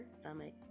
stomach